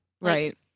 Right